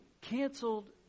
canceled